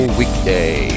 weekday